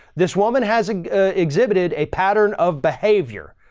this woman has exhibited a pattern of behavior.